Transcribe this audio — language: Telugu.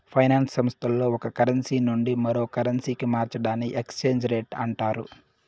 ఫైనాన్స్ సంస్థల్లో ఒక కరెన్సీ నుండి మరో కరెన్సీకి మార్చడాన్ని ఎక్స్చేంజ్ రేట్ అంటారు